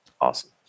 Awesome